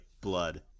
blood